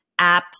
apps